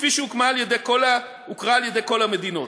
כפי שהוכרה על-ידי כל המדינות.